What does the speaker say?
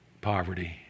poverty